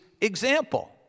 example